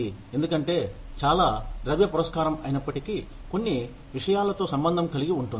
ఎందుకంటే చాలా ద్రవ్య పురస్కారం అయినప్పటికీ కొన్ని విషయాలతో సంబంధం కలిగి ఉంటుంది